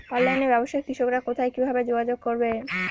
অনলাইনে ব্যবসায় কৃষকরা কোথায় কিভাবে যোগাযোগ করবে?